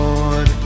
Lord